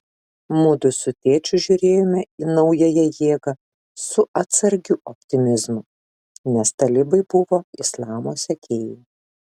mudu su tėčiu žiūrėjome į naująją jėgą su atsargiu optimizmu nes talibai buvo islamo sekėjai